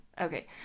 Okay